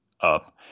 up